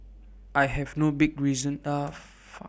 I have no big reason are far